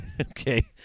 Okay